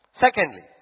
Secondly